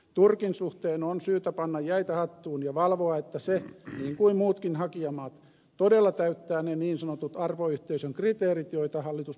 turkin suhteen on syytä panna jäitä hattuun ja valvoa että se niin kuin muutkin hakijamaat todella täyttää ne niin sanotut arvoyhteisön kriteerit joita hallitus peräänkuuluttaa